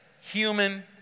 human